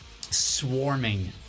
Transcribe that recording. swarming